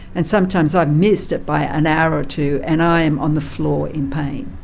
and sometimes i've missed it by an hour or two and i am on the floor in pain.